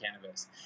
cannabis